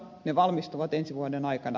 ne valmistuvat ensi vuoden aikana